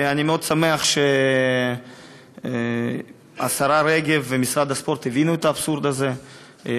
אני מאוד שמח שהשרה רגב ומשרד הספורט הבינו את האבסורד הזה,